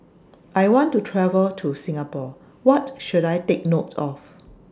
I want to travel to Singapore What should I Take note of